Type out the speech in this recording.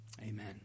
Amen